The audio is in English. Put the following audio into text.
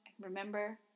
Remember